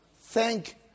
Thank